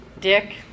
Dick